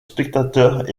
spectateurs